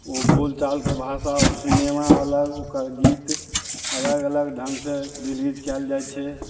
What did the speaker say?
ओ बोलचालके भाषा ओ सिनेमा अलग ओकर गीत अलग अलग ढङ्ग से रिलीज कयल जाइ छै